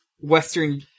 Western